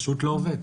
פשוט לא עובד,